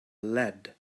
lead